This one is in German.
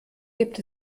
gibt